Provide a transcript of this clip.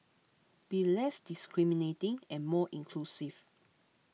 be less discriminating and more inclusive